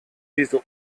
diese